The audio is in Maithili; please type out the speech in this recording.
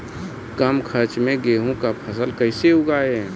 कम खर्च मे गेहूँ का फसल कैसे उगाएं?